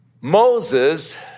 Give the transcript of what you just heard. Moses